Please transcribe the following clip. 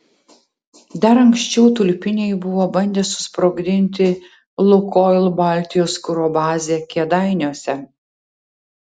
dar anksčiau tulpiniai buvo bandę susprogdinti lukoil baltijos kuro bazę kėdainiuose